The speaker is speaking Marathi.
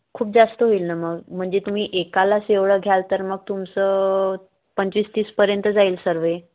खूप जास्त होईल ना मग म्हणजे तुम्ही एकालाच एवढं घ्याल तर मग तुमचं पंचवीस तीसपर्यंत जाईल सर्व